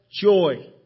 joy